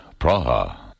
Praha